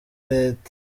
reta